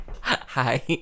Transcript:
hi